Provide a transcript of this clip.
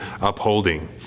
upholding